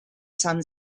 some